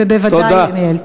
ובוודאי מייעל.